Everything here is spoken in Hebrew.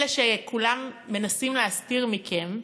אלה שכולם מנסים להסתיר מכם,